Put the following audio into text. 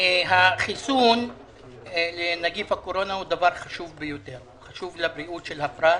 החיסון לנגיף הקורונה הוא דבר חשוב ביותר חשוב לבריאות הפרט,